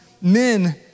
men